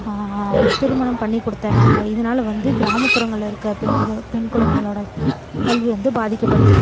திருமணம் பண்ணி குடுத்துர்றாங்க இதனால வந்து கிராமப்புறங்களில் இருக்கிற பெண்கள் பெண் குழந்தைகளோட கல்வி வந்து பாதிக்கப்படுது